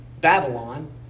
Babylon